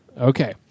okay